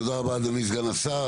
תודה רבה, אדוני סגן השר.